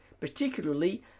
particularly